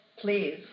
please